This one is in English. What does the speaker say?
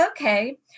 okay